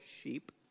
sheep